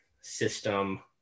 system